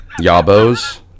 Yabos